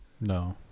No